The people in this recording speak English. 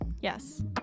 Yes